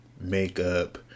makeup